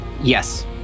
Yes